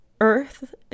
earth